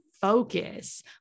focus